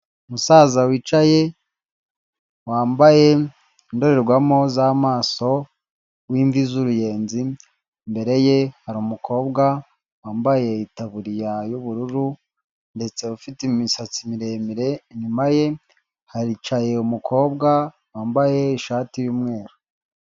Umusaza wicaye, wambaye indorerwamo z'amaso, w'imvi z'uruyenzi, imbere ye hari umukobwa wambaye itaburiya y'ubururu ndetse ufite imisatsi miremire, inyuma ye haricaye umukobwa wambaye ishati y'umweru.